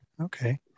Okay